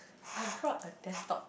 I brought a desktop